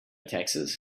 taxes